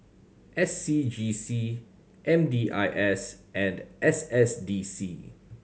S C G C M D I S and S S D C